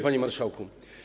Panie Marszałku!